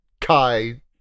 Kai